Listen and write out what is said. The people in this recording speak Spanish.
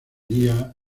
día